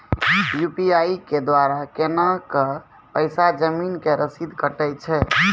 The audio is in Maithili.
यु.पी.आई के द्वारा केना कऽ पैसा जमीन के रसीद कटैय छै?